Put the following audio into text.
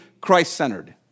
christ-centered